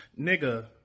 Nigga